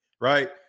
right